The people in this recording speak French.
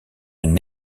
une